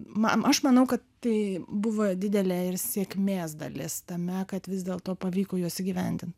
man aš manau kad tai buvo didelė ir sėkmės dalis tame kad vis dėlto pavyko juos įgyvendint